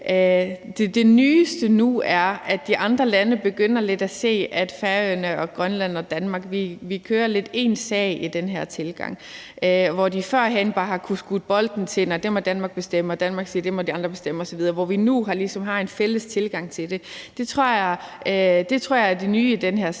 det nyeste nu er, at de andre lande lidt begynder at se, at Færøerne, Grønland og Danmark kører lidt fælles sag i den her tilgang. Hvor de førhen bare har kunnet skyde bolden til hjørne og sige, at det må Danmark bestemme, og Danmark så har sagt, at det må de andre bestemme, osv., har vi ligesom nu en fælles tilgang til det. Det tror jeg er det nye i den her sag.